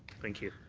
thank you.